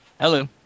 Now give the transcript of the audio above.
Hello